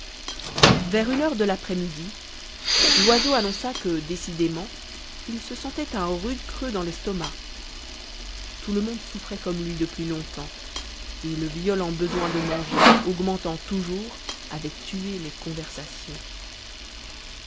vers une heure de l'après-midi loiseau annonça que décidément il se sentait un rude creux dans l'estomac tout le monde souffrait comme lui depuis longtemps et le violent besoin de manger augmentant toujours avait tué les conversations